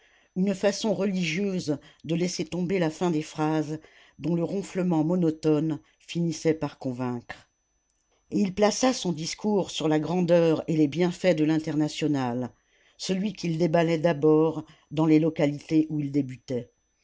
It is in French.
une façon religieuse de laisser tomber la fin des phrases dont le ronflement monotone finissait par convaincre et il plaça son discours sur la grandeur et les bienfaits de l'internationale celui qu'il déballait d'abord dans les localités où il débutait